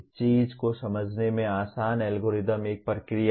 चीज़ को समझने में आसान एल्गोरिथम एक प्रक्रिया है